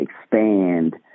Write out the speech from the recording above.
expand